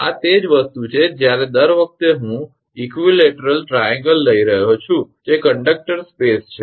આ તે જ વસ્તુ છે જ્યારે દર વખતે હું સમકક્ષ ત્રિકોણ લઈ રહ્યો છું જે કંડક્ટર સ્પેસ છે